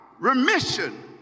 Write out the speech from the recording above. remission